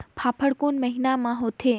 फाफण कोन महीना म होथे?